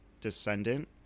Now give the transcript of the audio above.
Descendant